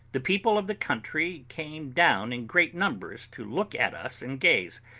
the people of the country came down in great numbers to look at us and gaze,